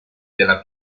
della